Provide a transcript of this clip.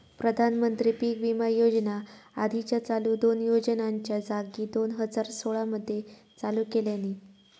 प्रधानमंत्री पीक विमा योजना आधीच्या चालू दोन योजनांच्या जागी दोन हजार सोळा मध्ये चालू केल्यानी